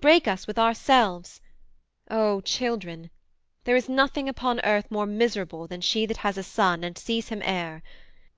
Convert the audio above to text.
break us with ourselves o children there is nothing upon earth more miserable than she that has a son and sees him err